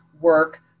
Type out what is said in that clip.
work